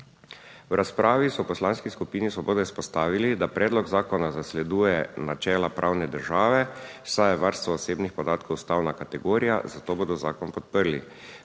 V razpravi so v Poslanski skupini Svobode izpostavili, da predlog zakona zasleduje načela pravne države, saj je varstvo osebnih podatkov ustavna kategorija, zato bodo zakon podprli.